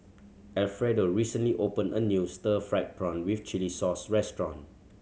Alfredo recently opened a new stir fried prawn with chili sauce restaurant